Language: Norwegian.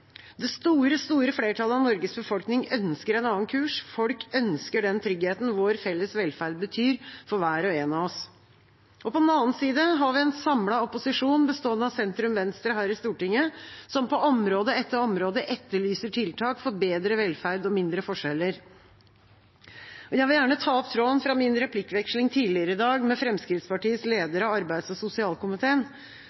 Det store, store flertallet av Norges befolkning ønsker en annen kurs. Folk ønsker den tryggheten vår felles velferd betyr for hver og en av oss. På den annen side har vi en samlet opposisjon bestående av sentrum–venstre her i Stortinget, som på område etter område etterlyser tiltak for bedre velferd og mindre forskjeller. Jeg vil gjerne ta opp tråden fra min replikkveksling tidligere i dag med